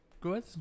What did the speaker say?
good